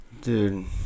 Dude